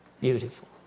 Beautiful